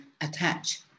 attach